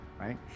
right